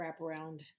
wraparound